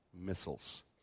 missiles